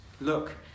look